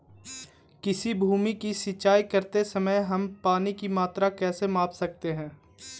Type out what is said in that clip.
किसी भूमि की सिंचाई करते समय हम पानी की मात्रा कैसे माप सकते हैं?